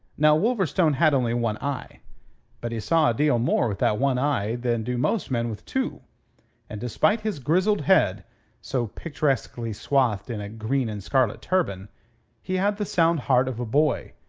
now wolverstone had only one eye but he saw a deal more with that one eye than do most men with two and despite his grizzled head so picturesquely swathed in a green and scarlet turban he had the sound heart of a boy,